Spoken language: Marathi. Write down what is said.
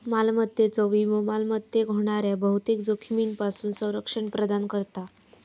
मालमत्तेचो विमो मालमत्तेक होणाऱ्या बहुतेक जोखमींपासून संरक्षण प्रदान करता